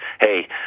hey